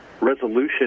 resolution